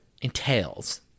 Entails